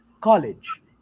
college